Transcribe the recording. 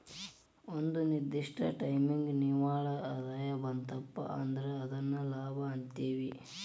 ಒಂದ ನಿರ್ದಿಷ್ಟ ಟೈಮಿಗಿ ನಿವ್ವಳ ಆದಾಯ ಬಂತಪಾ ಅಂದ್ರ ಅದನ್ನ ಲಾಭ ಅಂತೇವಿ